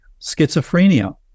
schizophrenia